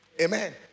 Amen